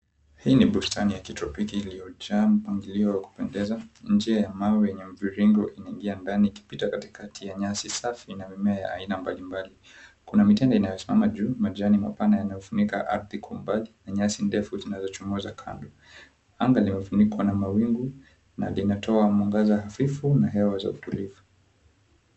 Hii ni bustani ya kitropiki iliyojaa mpangilio wa kupendeza. Njia ya mawe yenye mviringo inaingia ndani, ikipita katikati ya nyasi safi na mimea ya aina mbalimbali. Kuna mitende inayosimama juu, majani mapana yanayofunika ardhi kwa umbali, na nyasi ndefu zinazochomoza kando. Anga limefunikwa na mawingu, na linatoa mwangaza hafifu, na hewa za utulivu.